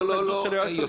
להתנגדות של היועץ המשפטי?